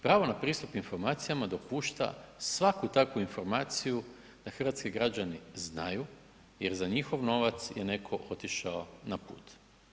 Pravo na pristup informacijama dopušta svaku takvu informaciju da hrvatski građani znaju jer za njihov novac je netko otišao na put.